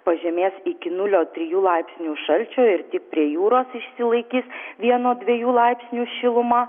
pažemės iki nulio trijų laipsnių šalčio ir tik prie jūros išsilaikys vieno dviejų laipsnių šiluma